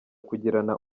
kugirana